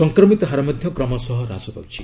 ସଂକ୍ରମିତ ହାର ମଧ୍ୟ କ୍ରମଶଃ ହ୍ରାସ ପାଉଛି